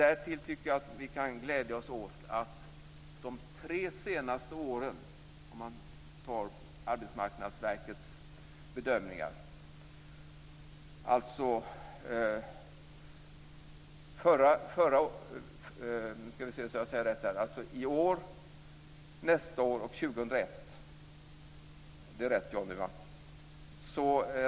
Därtill kan vi om man tar Arbetsmarknadsverkets bedömningar glädja oss åt att i år, nästa år och år 2001 - är det rätt, Johnny Ahlqvist?